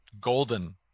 golden